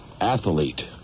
athlete